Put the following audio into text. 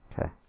Okay